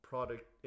product